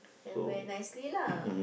then wear nicely lah